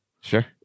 Sure